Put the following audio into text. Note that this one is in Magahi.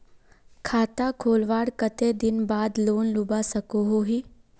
खाता खोलवार कते दिन बाद लोन लुबा सकोहो ही?